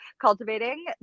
cultivating